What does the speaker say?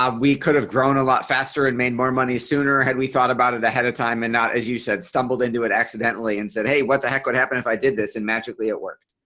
um we could have grown a lot faster and made more money sooner had we thought about it ahead of time and not as you said stumbled into it accidentally and said hey what the heck would happen if i did this and magically it work.